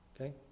okay